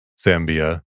Zambia